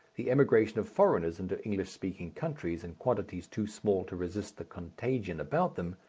the emigration of foreigners into english-speaking countries in quantities too small to resist the contagion about them,